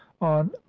on